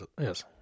yes